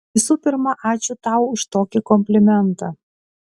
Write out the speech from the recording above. visų pirma ačiū tau už tokį komplimentą